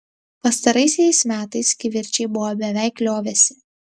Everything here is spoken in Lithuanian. pastaraisiais metais kivirčai buvo beveik liovęsi